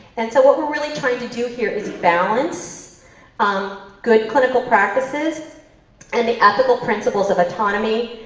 and so what we're really trying to do here is balance um good clinical practices and the ethical principles of autonomy,